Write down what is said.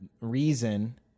reason